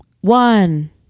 one